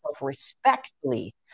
respectfully